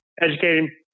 educating